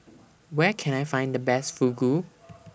Where Can I Find The Best Fugu